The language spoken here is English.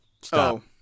Stop